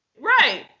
Right